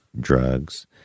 drugs